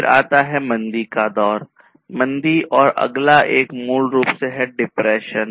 फिर आता है मंदी का दौर मंदी और अगला एक मूल रूप से है डिप्रेशन